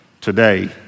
today